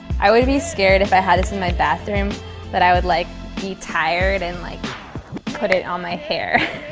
i would be scared if i had this in my bathroom that i would like be tired and like put it on my hair.